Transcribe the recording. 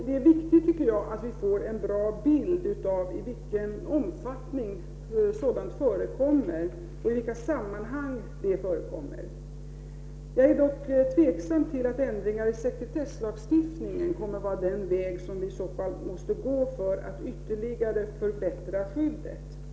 Det är viktigt att vi får en bra bild av i vilken omfattning och i vilka sammanhang sådant förekommer. Jag är dock tveksam till om ändringar i sekretesslagstiftningen kommer att vara den väg som vi i så fall måste gå för att ytterligare förbättra skyddet.